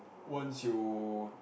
once you